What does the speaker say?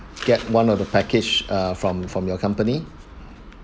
get one of the package ah from from your company